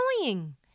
annoying